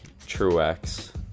Truex